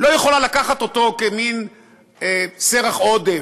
לא יכולה לקחת אותו כאיזה מין סרח עודף,